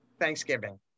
Thanksgiving